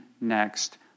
next